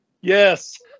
Yes